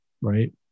right